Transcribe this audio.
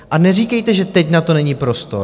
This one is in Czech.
A neříkejte, že teď na to není prostor.